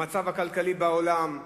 המצב הכלכלי בעולם,